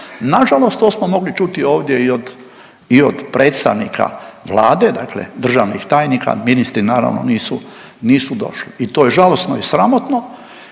Nažalost to smo mogli čuti ovdje i od predstavnika vlade dakle državnih tajnika, ministri naravno nisu došli i to je žalosno i sramotno